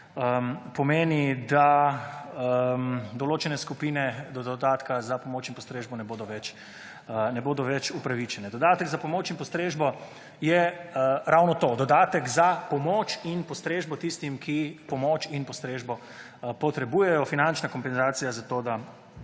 pomeni da določene skupine do dodatka za pomoč in postrežbo ne bodo več upravičene. Dodatek za pomoč in postrežbo je ravno to, dodatek za pomoč in postrežbo tistim, ki pomoč in postrežbo potrebujejo, finančna kompenzacija za to, da